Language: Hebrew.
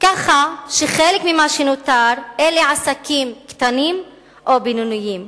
כך שחלק ממה שנותר זה עסקים קטנים או בינוניים,